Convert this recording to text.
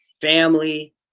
family